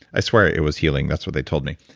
i swear it was healing. that's what they told me